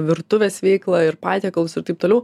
virtuvės veiklą ir patiekalus ir taip toliau